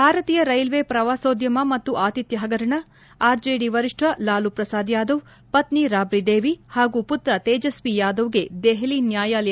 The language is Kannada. ಭಾರತೀಯ ರೈಲ್ವೆ ಪ್ರವಾಸೋದ್ಯಮ ಮತ್ತು ಆತಿಥ್ಯ ಹಗರಣ ಆರ್ಜೆಡಿ ವರಿಷ್ಠ ಲಾಲೂ ಪ್ರಸಾದ್ ಯಾದವ್ ಪತ್ನಿ ರಾಬ್ರಿ ದೇವಿ ಹಾಗೂ ಪುತ್ರ ತೇಜಸ್ವಿ ಯಾದವ್ಗೆ ದೆಹಲಿ ನ್ಯಾಯಾಲಯದಿಂದ ಜಾಮೀನು